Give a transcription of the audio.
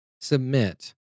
submit